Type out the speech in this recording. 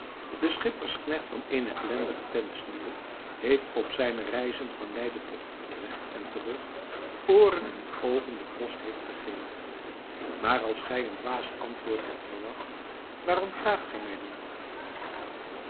de schippersknecht van eene ellendige tentsnebbe heeft op zijne reizen van leiden tot utrecht en terug ooren en oogen den kost heeft gegeven maar als gij een dwaas antwoord hebt verwacht waarom vraagt gij mij dan wat